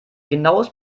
genaues